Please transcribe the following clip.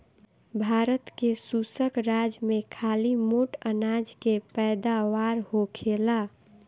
भारत के शुष्क राज में खाली मोट अनाज के पैदावार होखेला